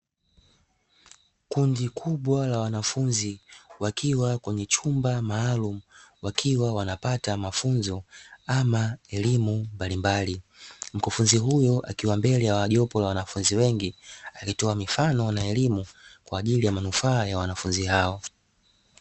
Kundi kubwa la wanafunzi, wakiwa kwenye chumba maalumu, wakiwa wanapata mafunzo ama elimu mbalimbali. Mkufunzi huyo akiwa mbele ya jopo la wanafunzi wengi, akitoa mifano na elimu kwa ajili ya manufaa ya wanafunzi hao.